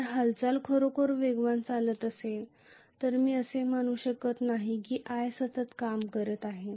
जर हालचाल खरोखर वेगवान चालत असेल तर मी असे मानू शकत नाही की i सतत काम करत आहे